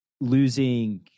losing